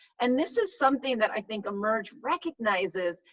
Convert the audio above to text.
and this is something that i think emerge recognizes,